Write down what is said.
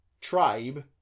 tribe